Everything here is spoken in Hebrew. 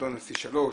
מועדון C3,